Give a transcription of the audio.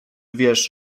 wiesz